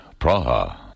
Praha